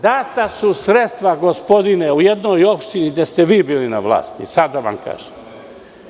Data su sredstva, gospodine, u jednoj opštini gde ste vi bili na vlasti, sada vam kažem.